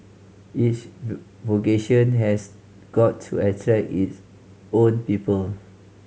each vocation has got to attract its own people